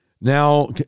Now